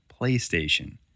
PlayStation